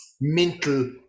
mental